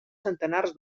centenars